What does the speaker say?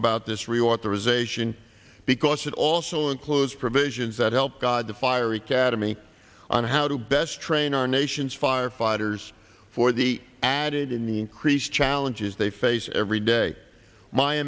about this reauthorization because it also includes provisions that help guide the fiery cademy on how to best train our nation's firefighters for the added in the increased challenges they face every day my